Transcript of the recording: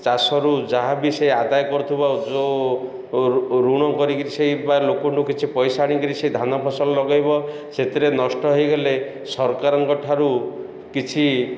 ଚାଷରୁ ଯାହା ବି ସେ ଆଦାୟ କରୁଥିବ ଯେଉଁ ଋଣ କରି କରି ସେଇ ବା ଲୋକଙ୍କୁ କିଛି ପଇସା ଆଣି କିରି ସେ ଧାନ ଫସଲ ଲଗାଇବ ସେଥିରେ ନଷ୍ଟ ହେଇଗଲେ ସରକାରଙ୍କ ଠାରୁ କିଛି